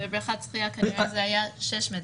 בבריכת שחייה זה היה 6 מטר.